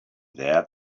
there